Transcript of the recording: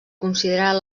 considerar